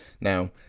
Now